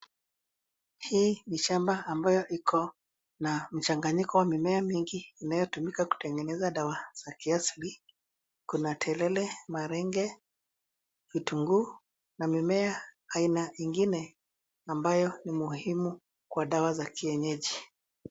Hii ni shamba ambayo iko na mchanganyiko wa mimea mingi inayotumika kutengeneza dawa za kiasili. Kuna: terere, malenge, vitunguu na mimea aina nyingine ambayo ni muhimu kwa dawa za kienyeji.